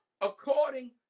according